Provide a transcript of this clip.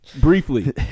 Briefly